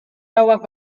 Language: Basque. lauak